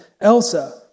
Elsa